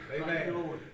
Amen